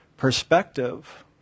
perspective